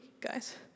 guys